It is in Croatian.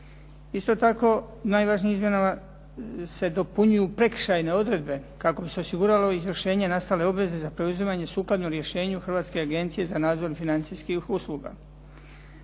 Isto tako najvažnijim izmjenama se dopunjuju prekršajne odredbe kako bi se osiguralo izvršenje nastale obveze za preuzimanje sukladno rješenju Hrvatske agencije za nadzor financijskih usluga.